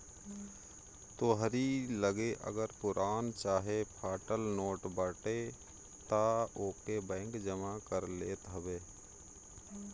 तोहरी लगे अगर पुरान चाहे फाटल नोट बाटे तअ ओके बैंक जमा कर लेत हवे